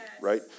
right